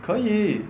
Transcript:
可以